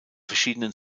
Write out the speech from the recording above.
verschiedenen